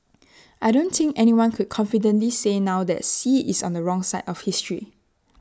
I don't think anyone could confidently say now that Xi is on the wrong side of history